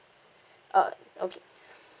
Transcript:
uh okay